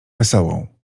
wesołą